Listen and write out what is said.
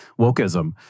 wokeism